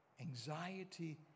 anxiety